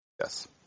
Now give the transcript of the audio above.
Yes